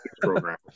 program